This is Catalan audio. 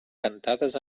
cantades